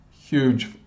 huge